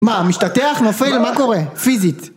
מה? משתתח? נופל? מה קורה? פיזית